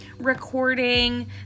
recording